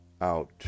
out